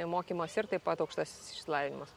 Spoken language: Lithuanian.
mokymas ir taip pat aukštasis išsilavinimas